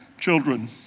children